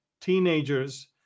teenagers